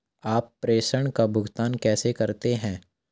आप प्रेषण का भुगतान कैसे करते हैं?